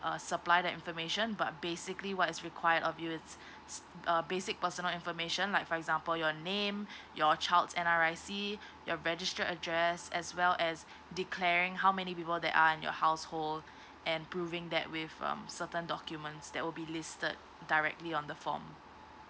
uh supply the information but basically what's require of you it's it's~ uh basic personal information like for example your name your child's N_R_I_C your registered address as well as declaring how many people that are in your household and proving that with um certain documents that will be listed directly on the form